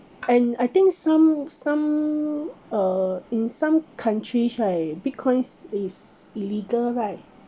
and I think some some uh in some countries right bitcoins is illegal right